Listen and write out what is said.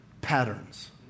patterns